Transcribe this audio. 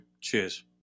cheers